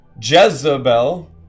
Jezebel